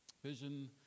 Vision